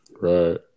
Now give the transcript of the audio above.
Right